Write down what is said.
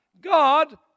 God